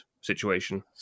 situation